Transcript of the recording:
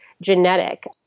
genetic